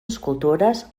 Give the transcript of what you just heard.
escultures